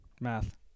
Math